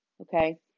okay